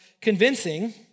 convincing